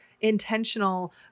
intentional